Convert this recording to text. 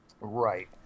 Right